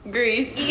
Greece